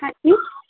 ਹਾਂਜੀ